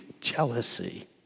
Jealousy